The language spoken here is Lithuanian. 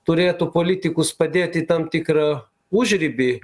turėtų politikus padėt į tam tikrą užribį